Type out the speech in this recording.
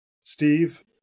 Steve